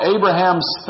Abraham's